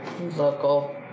local